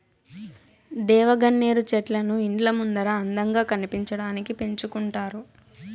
దేవగన్నేరు చెట్లను ఇండ్ల ముందర అందంగా కనిపించడానికి పెంచుకుంటారు